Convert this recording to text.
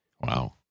Wow